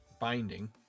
binding